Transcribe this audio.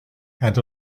and